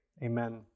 Amen